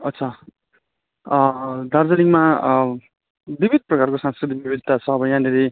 अच्छा अँ दार्जिलिङमा अँ विविध प्रकारको सांस्कृतिक विविधता छ अब यहाँनेरि